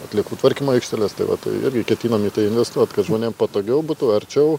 atliekų tvarkymo aikšteles tai vat irgi ketinam į tai investuot kad žmonėm patogiau būtų arčiau